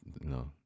no